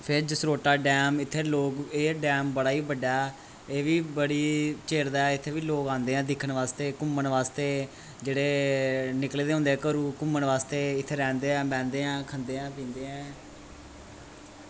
फिर जसरोटा डैम इत्थें लोक एह् डैम बड़ा ई बड्डा ऐ एह् बी बड़ी चिर दा ऐ इत्थें बी लोक आंदे ऐ दिक्खन बास्तै घूमन बास्ते जेह्ड़े निकले दे होंदे घरों घूमन बास्तै इत्थें रैंह्दे ऐ बैह्दे ऐ खंदे ऐ पींदे ऐ